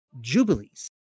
Jubilees